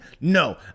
No